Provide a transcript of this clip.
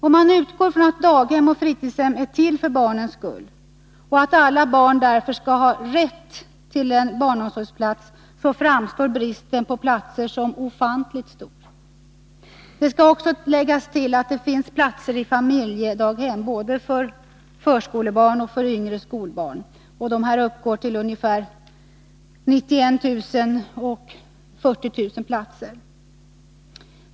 Om man utgår från att daghem och fritidshem är till för barnens skull och att alla barn därför skall ha rätt till en barnomsorgsplats framstår bristen på platser som ofantligt stor. Det skall också tilläggas att det finns platser i familjedaghem, både för förskolebarn och för yngre skolbarn. Antalet sådana platser uppgår till ungefär 91 000 resp. 40 000.